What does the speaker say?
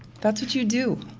that's what you do.